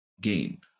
gain